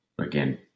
again